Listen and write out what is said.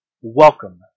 Welcome